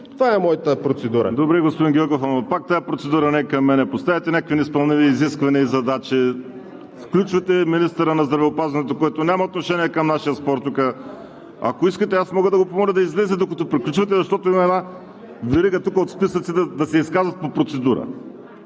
ВАЛЕРИ СИМЕОНОВ: Добре, господин Гьоков. Ама пак тази процедура не е към мен. Поставяте някакви неизпълними изисквания и задачи, включвате министъра на здравеопазването, което няма отношение към нашия спор тук. Ако искате, аз мога да го помоля да излезе, докато приключите, защото има една верига от списъци да се изказват по процедура.